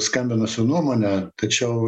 skambinusio nuomone tačiau